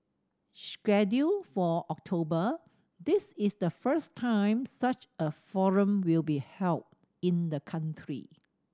scheduled for October this is the first time such a forum will be held in the country